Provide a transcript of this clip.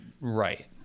right